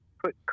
put